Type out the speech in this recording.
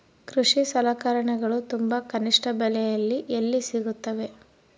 ಕೃಷಿ ಸಲಕರಣಿಗಳು ತುಂಬಾ ಕನಿಷ್ಠ ಬೆಲೆಯಲ್ಲಿ ಎಲ್ಲಿ ಸಿಗುತ್ತವೆ?